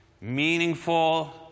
meaningful